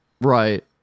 Right